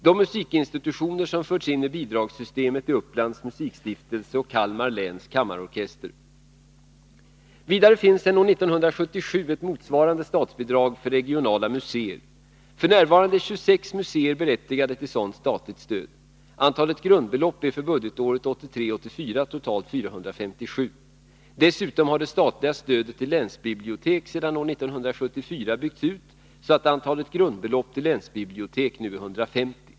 De musikinstitutioner som förts in i bidragssystemet är Upplands musikstiftelse och Kalmar läns kammarorkester. Vidare finns sedan år 1977 ett motsvarande statsbidrag för regionala museer. F.n. är 26 museer berättigade till sådant statligt stöd. Antalet grundbelopp är för budgetåret 1983/84 totalt 457. Dessutom har det statliga stödet till länsbibliotek sedan år 1974 byggts ut så att antalet grundbelopp till länsbibliotek nu är 150.